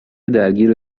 درگیر